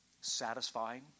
satisfying